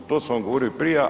To sam vam govorio i prija.